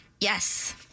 Yes